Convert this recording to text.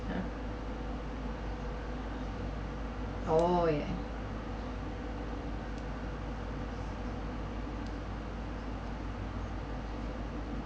ha oh ya